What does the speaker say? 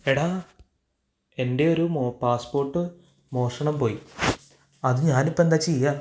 എടാ എന്റെ ഒരു പാസ്പോര്ട്ട് മോഷണം പോയി അത് ഞാനിപ്പോള് എന്താണു ചെയ്യുക